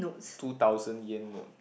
two thousand yen note